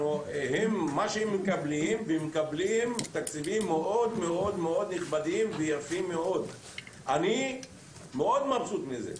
הם מקבלים תקציבים מאוד נכבדים ויפים ואני מאוד מרוצה מזה,